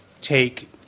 take